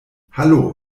hallo